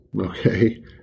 Okay